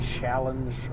challenge